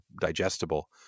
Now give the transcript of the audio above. digestible